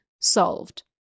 solved